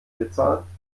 bezahlen